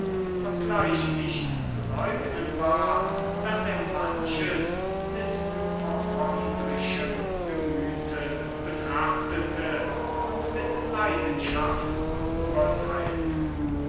obgleich nicht zu leugnen war daß er manches mit hypochondrischem gemüte betrachtete und mit leidenschaft beurteilte